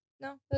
No